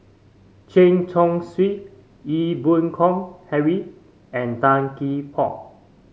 Chen Chong Swee Ee Boon Kong Henry and Tan Gee Paw